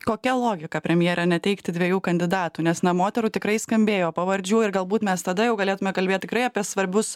kokia logika premjere neteikti dviejų kandidatų nes na moterų tikrai skambėjo pavardžių ir galbūt mes tada jau galėtume kalbėti tikrai apie svarbius